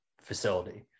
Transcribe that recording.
facility